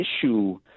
issue